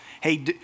hey